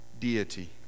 deity